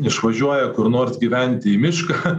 išvažiuoja kur nors gyventi į mišką